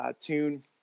tune